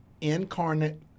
incarnate